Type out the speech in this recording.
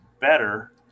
better